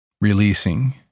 Releasing